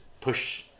push